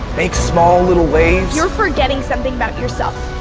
make small little waves? you're forgetting something about yourself.